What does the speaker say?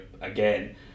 again